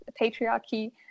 patriarchy